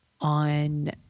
on